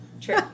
True